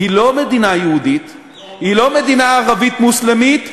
היא לא מדינה יהודית, היא לא מדינה ערבית מוסלמית,